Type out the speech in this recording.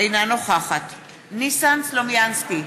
אינה נוכחת ניסן סלומינסקי,